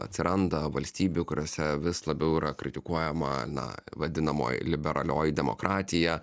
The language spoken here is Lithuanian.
atsiranda valstybių kuriose vis labiau yra kritikuojama na vadinamoji liberalioji demokratija